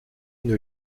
une